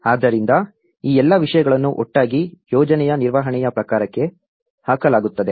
ಆದ್ದರಿಂದ ಈ ಎಲ್ಲಾ ವಿಷಯಗಳನ್ನು ಒಟ್ಟಾಗಿ ಯೋಜನೆಯ ನಿರ್ವಹಣೆಯ ಪ್ರಕಾರಕ್ಕೆ ಹಾಕಲಾಗುತ್ತದೆ